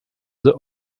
the